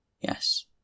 Yes